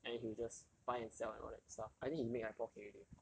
and he will just buy and sell and all that stuff I think he make like four K already